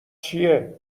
چیه